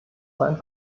seinen